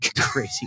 Crazy